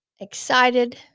excited